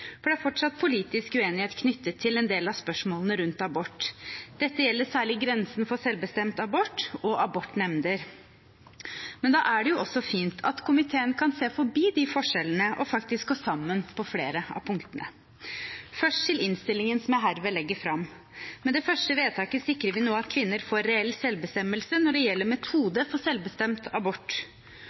For det er fortsatt politisk uenighet knyttet til en del av spørsmålene rundt abort. Dette gjelder særlig grensen for selvbestemt abort og abortnemnder. Men da er det også fint at komiteen kan se forbi de forskjellene og faktisk gå sammen på flere av punktene. Først til innstillingen, som jeg herved legger fram. Med det første vedtaket sikrer vi nå at kvinner får reell selvbestemmelse når det gjelder metode for selvbestemt abort,